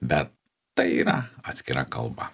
bet tai yra atskira kalba